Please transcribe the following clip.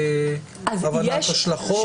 הבנת השלכות.